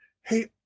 Hey